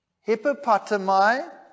hippopotami